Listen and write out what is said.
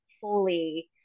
fully